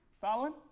Following